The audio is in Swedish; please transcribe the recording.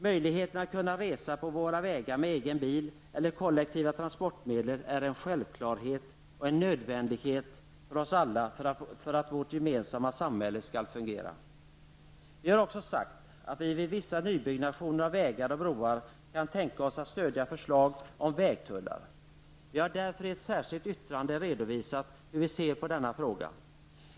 Möjligheten att resa på våra vägar med egen bil eller kollektiva transportmedel är en självklarhet och en nödvändighet för oss alla för att vårt gemensamma samhälle skall fungera. Vi har också sagt att vi vid vissa nybyggnationer av vägar och broar kan tänka oss att stödja förslag om vägtullar. Vi har därför i ett särskilt yttrande redovisat hur vi ser på denna fråga.